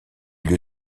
lieu